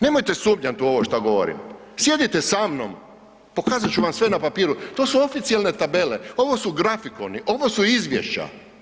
Nemojte sumnjati u ovo što govorim, sjedite sa mnom, pokazat ću vam sve na papiru, to su oficijelne tabele, ovo su grafikoni, ovo su izvješća.